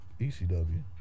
ECW